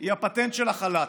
היא הפטנט של החל"ת.